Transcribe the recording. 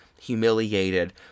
humiliated